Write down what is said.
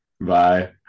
Bye